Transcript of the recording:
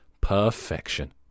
Perfection